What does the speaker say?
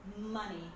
money